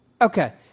Okay